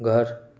घर